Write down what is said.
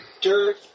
dirt